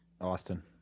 Austin